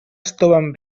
estoven